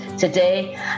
today